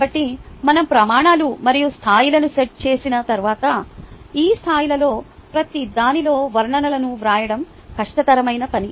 కాబట్టి మనం ప్రమాణాలు మరియు స్థాయిలను సెట్ చేసిన తర్వాత ఈ స్థాయిలలో ప్రతిదానిలో వర్ణనలను వ్రాయడం కష్టతరమైన పని